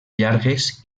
llargues